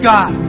God